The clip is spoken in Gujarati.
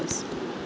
બસ